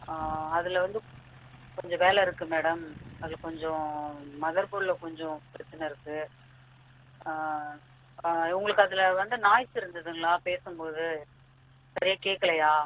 அதில் வந்து கொஞ்சம் வேலை இருக்குது மேடம் அதில் கொஞ்சம் மதர் போர்டில் கொஞ்சம் பிரச்சனை இருக்குது உங்களுக்கு அதில் வந்து நாய்ஸ் இருந்ததுங்களா பேசும்போது சரியாக கேட்கலயா